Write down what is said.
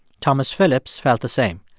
thomas phillips felt the same.